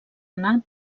anar